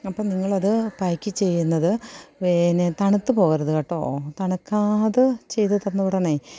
അപ്പോള് നിങ്ങളത് പായ്ക്ക് ചെയ്യുന്നത് പിന്നെ തണുത്ത് പോകരുത് കേട്ടോ തണുക്കാതെ ചെയ്ത് തന്നു വിടണേ